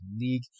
League